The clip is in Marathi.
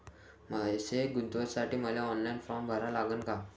पैसे गुंतवासाठी मले ऑनलाईन फारम भरा लागन का?